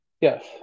Yes